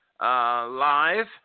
Live